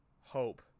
hope